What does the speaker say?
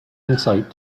insight